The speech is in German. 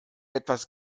etwas